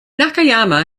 nakayama